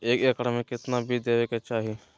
एक एकड़ मे केतना बीज देवे के चाहि?